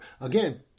again